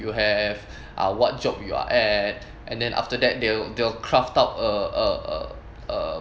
you have uh what job you are at and then after that they'll they'll craft out a a a a